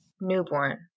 newborn